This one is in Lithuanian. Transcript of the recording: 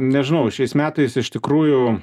nežinau šiais metais iš tikrųjų